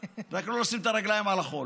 רק לא לשים את הרגליים על החול.